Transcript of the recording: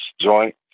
joint